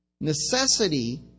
necessity